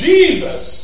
Jesus